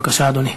בבקשה, אדוני.